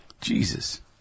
Jesus